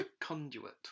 conduit